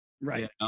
right